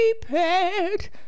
prepared